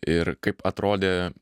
ir kaip atrodė